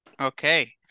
Okay